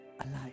alive